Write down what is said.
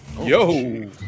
Yo